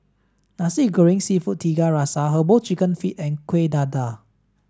Nasi Goreng Seafood Tiga Rasa herbal chicken feet and Kuih Dadar